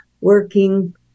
working